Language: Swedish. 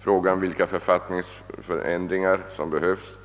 Frågan vilka författningsändringar som behövs